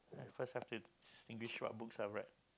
first have to what books I've read